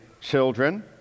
children